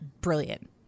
brilliant